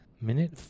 Minute